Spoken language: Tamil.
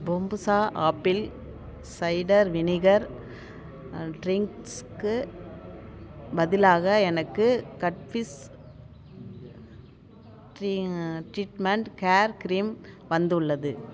பொம்புசா ஆப்பிள் சைடர் வினீகர் ட்ரின்க்ஸுக்கு பதிலாக எனக்கு கட்ஃபிஸ் ட்ரீ ட்ரீட்மெண்ட் ஹேர் கிரீம் வந்துள்ளது